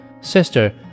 Sister